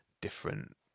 different